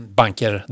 banker